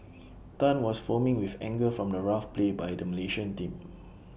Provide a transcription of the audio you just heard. Tan was foaming with anger from the rough play by the Malaysian team